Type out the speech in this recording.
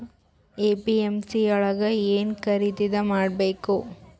APMC ಯೊಳಗ ಏನ್ ಖರೀದಿದ ಮಾಡ್ಬೇಕು?